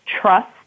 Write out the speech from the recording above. trust